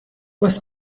was